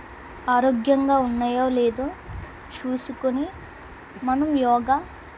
ఆరోగ్యంగా ఉన్నాయో లేదో చూసుకుని మనం యోగా